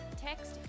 text